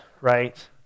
right